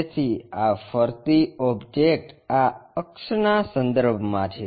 તેથી આ ફરતી ઓબ્જેક્ટ આ અક્ષ ના સંદર્ભમાં છે